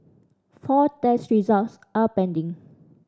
four test results are pending